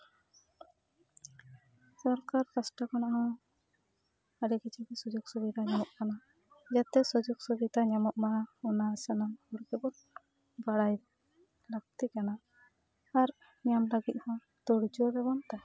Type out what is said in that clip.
ᱥᱚᱨᱠᱟᱨ ᱯᱟᱥᱴᱟ ᱠᱷᱚᱱᱟᱜ ᱦᱚᱸ ᱟᱹᱰᱤ ᱠᱤᱪᱷᱩᱜᱮ ᱜᱮ ᱥᱩᱡᱳᱜᱽ ᱥᱩᱵᱤᱫᱟ ᱧᱟᱢᱚᱜ ᱠᱟᱱᱟ ᱡᱟᱛᱮ ᱥᱩᱡᱳᱜᱽ ᱥᱩᱵᱤᱫᱷᱟ ᱧᱟᱢᱚᱜ ᱢᱟ ᱚᱱᱟ ᱥᱟᱱᱟᱢ ᱜᱩᱨ ᱵᱟᱵᱚᱛ ᱵᱟᱲᱟᱭ ᱞᱟᱹᱠᱛᱤ ᱠᱟᱱᱟ ᱟᱨ ᱧᱮᱞ ᱞᱟᱹᱜᱤᱫ ᱦᱚᱸ ᱛᱳᱲᱡᱳᱲ ᱨᱮᱵᱚᱱ ᱛᱟᱦᱮᱱᱟ